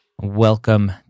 Welcome